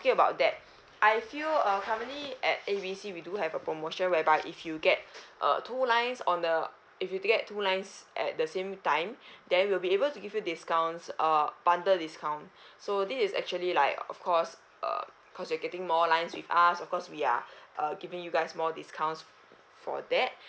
~king about that I feel uh currently at A B C we do have a promotion whereby if you get uh two lines on the if you to get two lines at the same time then we'll be able to give you discounts uh bundle discount so this is actually like of course err because you're getting more lines with us of course we are uh giving you guys more discounts for that